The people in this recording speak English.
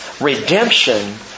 redemption